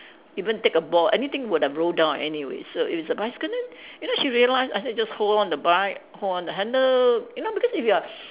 even take a ball anything would have rolled down anyway so if it's a bicycle then you know she realised I said just hold on the bike hold on the handle you know because if you are